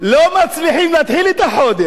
לא מצליחים להתחיל את החודש,